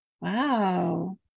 wow